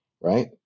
right